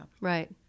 Right